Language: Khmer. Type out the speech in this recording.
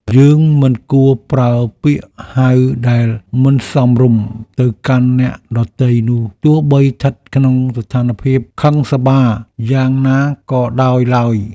យើងមិនគួរប្រើពាក្យហៅដែលមិនសមរម្យទៅកាន់អ្នកដទៃទោះបីជាស្ថិតក្នុងស្ថានភាពខឹងសម្បារយ៉ាងណាក៏ដោយឡើយ។